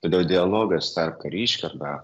todėl dialogas tarp kariškių arba